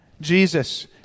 Jesus